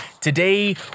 Today